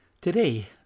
Today